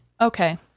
okay